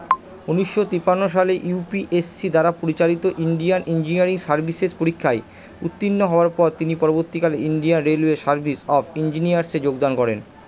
উনিশশো তিপ্পান্ন সালে ইউ পি এস সি দ্বারা পরিচালিত ইন্ডিয়ান ইঞ্জিনিয়ারিং সার্ভিসেস পরীক্ষায় উত্তীর্ণ হওয়ার পর তিনি পরবর্তীকালে ইন্ডিয়া রেলওয়ে সার্ভিস অফ ইঞ্জিনিয়ার্সে যোগদান করেন